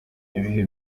ibihe